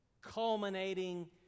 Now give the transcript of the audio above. culminating